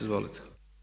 Izvolite.